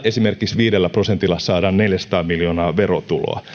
esimerkiksi viidellä prosentilla saadaan neljäsataa miljoonaa verotuloa